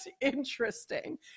interesting